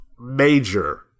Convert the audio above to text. major